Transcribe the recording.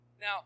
now